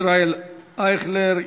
ישראל אייכלר.